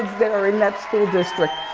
that are in that school district.